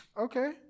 Okay